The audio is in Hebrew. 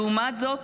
לעומת זאת,